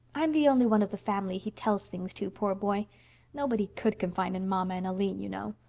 i'm the only one of the family he tells things to, poor boy nobody could confide in mamma and aline, you know.